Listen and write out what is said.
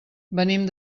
venim